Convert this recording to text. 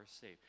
safe